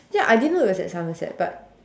ya I didn't know it was at Somerset but